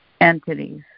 entities